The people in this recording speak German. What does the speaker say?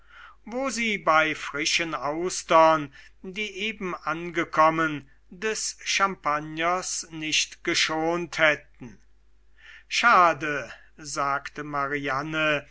wo sie bei frischen austern die eben angekommen des champagners nicht geschont hätten schade sagte mariane